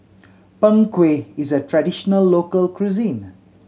Png Kueh is a traditional local cuisine